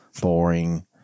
boring